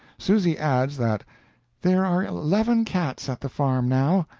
susy adds that there are eleven cats at the farm now,